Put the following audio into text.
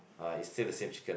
ah is still the same chicken